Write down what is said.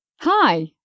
Hi